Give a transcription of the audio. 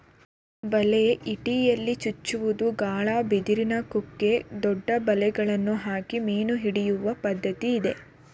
ಬಲೆ, ಇಟಿಯಲ್ಲಿ ಚುಚ್ಚುವುದು, ಗಾಳ, ಬಿದಿರಿನ ಕುಕ್ಕೆ, ದೊಡ್ಡ ಬಲೆಗಳನ್ನು ಹಾಕಿ ಮೀನು ಹಿಡಿಯುವ ಪದ್ಧತಿ ಇದೆ